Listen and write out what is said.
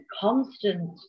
constant